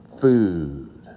food